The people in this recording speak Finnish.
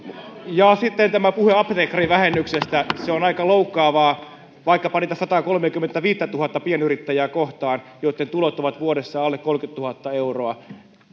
sitten tämä puhe apteekkarivähennyksestä se on aika loukkaavaa vaikkapa niitä sataakolmeakymmentäviittätuhatta pienyrittäjää kohtaan joitten tulot ovat vuodessa alle kolmekymmentätuhatta euroa minä